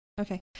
okay